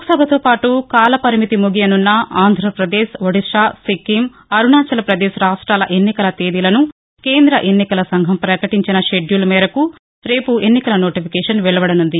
క్సభతోపాటు కాలపరిమితి ముగియనున్న ఆంధ్రపదేశ్ ఒడిస్సా సిక్కిం అరుణాచలప్రదేశ్ రాష్ట్రాల ఎన్నిలక తేదీలను కేంద్ర ఎన్నికల సంఘం పకటించిన షెడ్యూల్ మేరకు రేపు ఎన్నికల నోటిఫికేషన్ వెలువడనున్నది